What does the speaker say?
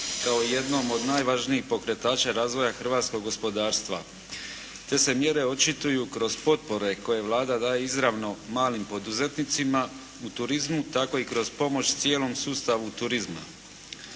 kao jednom od najvažnijih pokretača razvoja hrvatskog gospodarstva. Te se mjere očituju kroz potpore koje Vlada daje izravno malim poduzetnima u turizmu tako i kroz pomoć cijelom sustavu turizma.